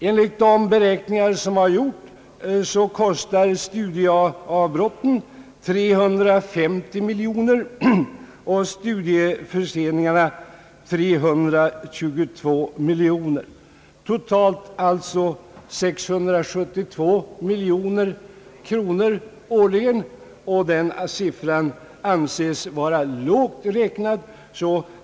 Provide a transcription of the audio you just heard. Enligt de beräkningar som han gjort kostar studieavbrotten 350 miljoner kronor och studieförseningarna 322 miljoner kronor, totalt alltså 672 miljoner kronor årligen — och denna siffra anses vara lågt räknad.